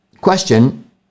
question